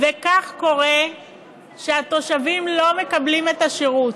וכך קורה שהתושבים לא מקבלים את השירות.